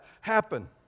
happen